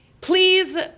Please